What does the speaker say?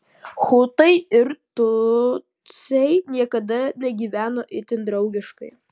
hutai ir tutsiai niekada negyveno itin draugiškai